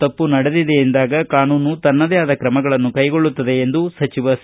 ತಪ್ಪು ನಡೆದಿದೆ ಎಂದಾಗ ಕಾನೂನು ತನ್ನದೇ ಆದ ಕ್ರಮಗಳನ್ನು ಕ್ಲೆಗೊಳ್ಳುತ್ತದೆ ಎಂದು ಸಚಿವ ಸಿ